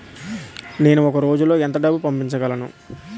నేను ఒక రోజులో ఎంత డబ్బు పంపించగలను?